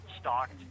stocked